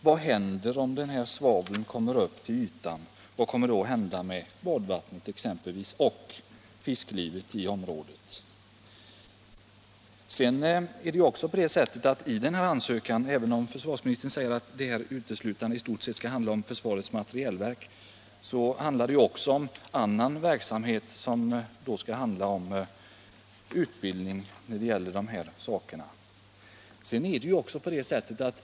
Vad händer med exempelvis badvattnet och fisklivet i området om detta svavel kommer upp till ytan? Även om försvarsministern säger att de här övningarna i stort sett uteslutande skall beröra försvarets materielverk handlar de också — det framgår av ansökan —- om annan verksamhet, såsom utbildning.